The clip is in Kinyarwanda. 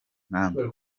nkambi